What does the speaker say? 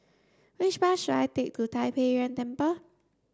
which bus should I take to Tai Pei Yuen Temple